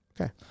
Okay